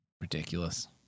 Ridiculous